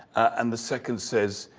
and the second says,